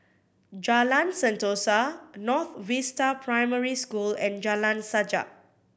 Jalan Sentosa North Vista Primary School and Jalan Sajak